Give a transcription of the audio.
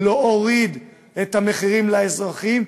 להוריד את המחירים לאזרחים,